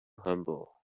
humble